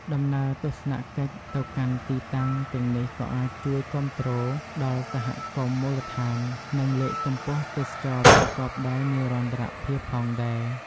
ដំណើរទស្សនកិច្ចទៅកាន់ទីតាំងទាំងនេះក៏អាចជួយគាំទ្រដល់សហគមន៍មូលដ្ឋាន និងលើកកម្ពស់ទេសចរណ៍ប្រកបដោយនិរន្តរភាពផងដែរ។